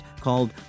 called